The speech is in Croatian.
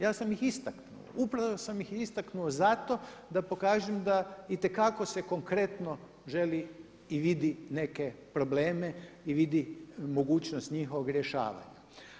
Ja sam istakao, upravo sam ih istaknuo zato da pokažem da itekako se konkretno želi i vidi neke probleme i vidi mogućnost njihovog rješavanja.